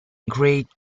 great